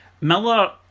Miller